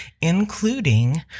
including